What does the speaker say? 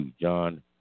John